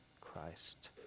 Christ